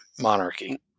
monarchy